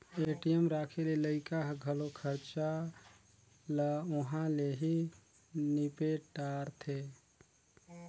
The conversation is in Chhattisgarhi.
ए.टी.एम राखे ले लइका ह घलो खरचा ल उंहा ले ही निपेट दारथें